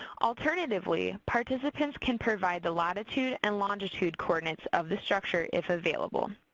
alternatively, participants can provide the latitude and longitude coordinates of the structure, if available.